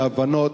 להבנות.